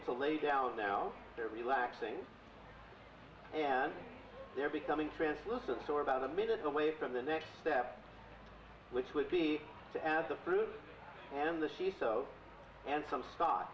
to lay down now they're relaxing and they're becoming translucent so about a minute away from the next step which would be to ask a fruit stand the she so and some s